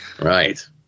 Right